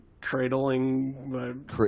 cradling